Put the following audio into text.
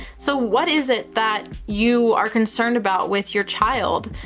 so, what is it that you are concerned about with your child?